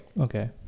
Okay